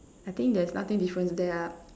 I think there's nothing different with that ah